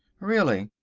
really,